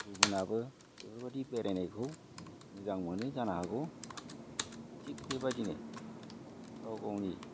गुबुनाबो बेफोरबादि बेरायनायखौ मोजां मोनो जानो हागौ थिग बेबादिनो गाव गावनि